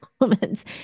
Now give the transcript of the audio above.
moments